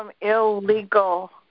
illegal